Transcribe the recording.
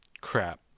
Crap